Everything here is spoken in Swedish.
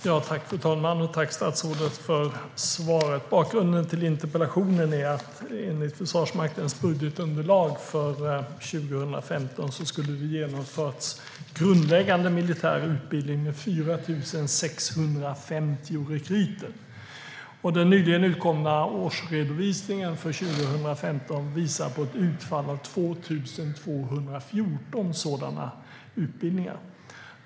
Fru talman! Tack, statsrådet, för svaret! Bakgrunden till interpellationen är att det enligt Försvarsmaktens budgetunderlag för 2015 skulle ha genomförts grundläggande militär utbildning med 4 650 rekryter. Den nyligen utkomna årsredovisningen för 2015 visar på ett utfall av 2 214 sådana utbildningar.